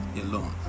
alone